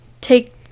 take